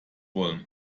wollen